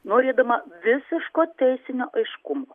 norėdama visiško teisinio aiškumo